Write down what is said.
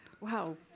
Wow